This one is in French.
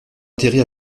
atterrit